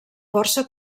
força